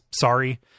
sorry